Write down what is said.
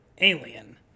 Alien